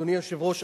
אדוני היושב-ראש,